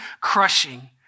crushing